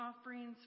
offerings